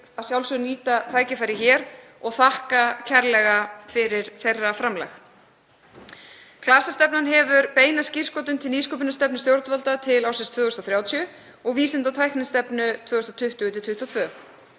að sjálfsögðu nýta tækifærið hér og þakka kærlega fyrir þeirra framlag. Klasastefnan hefur beina skírskotun til nýsköpunarstefnu stjórnvalda til ársins 2030 og vísinda- og tæknistefnu 2020–2022.